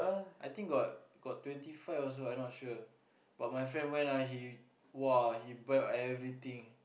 I think got got twenty five also I not sure but my friend went ah he !wah! he buy everything